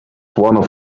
one